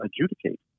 adjudicate